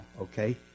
okay